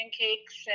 pancakes